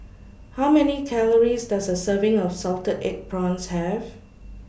How Many Calories Does A Serving of Salted Egg Prawns Have